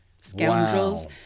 scoundrels